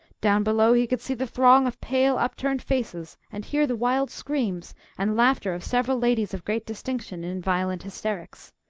down below he could see the throng of pale, upturned faces, and hear the wild screams and laughter of several ladies of great distinction in violent hysterics.